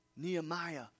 Nehemiah